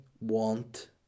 want